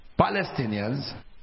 Palestinians